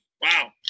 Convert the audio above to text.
Wow